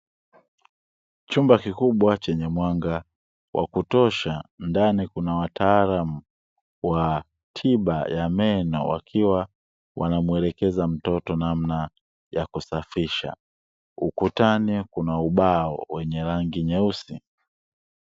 Chumba kikubwa chenye mwanga wa kutosha, ndani kuna wataalamu wa tiba ya meno, wakiwa wanamwelekeza mtoto namna ya kusafisha. Ukutani kuna ubao wenye rangi nyeusi.